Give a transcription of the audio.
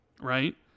Right